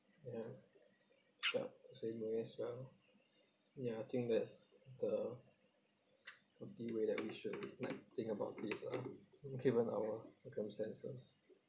ya yup same me as well loh ya I think that's the the way that we should like think about these ah given ur circumstances